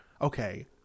Okay